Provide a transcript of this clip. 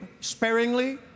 sparingly